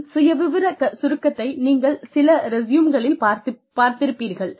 மேலும் சுயவிவர சுருக்கத்தை நீங்கள் சில ரெஸியூம்களில் பார்த்திருப்பீர்கள்